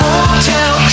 Hotel